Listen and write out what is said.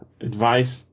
advice